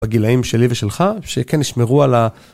בגילאים שלי ושלך, שכן ישמרו על ה...